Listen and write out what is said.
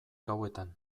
gauetan